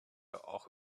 auch